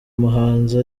muhanzi